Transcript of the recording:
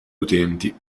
utenti